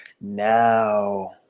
now